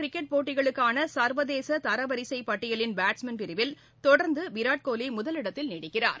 cricket போட்டிகளுக்கானசர்வதேசதரவரிசைப் பட்டியலின் batsman பிரிவில் ஒருநாள் தொடர்ந்துவிராட் கோலிமுதலிடத்தில் நீடிக்கிறார்